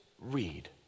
read